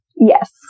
Yes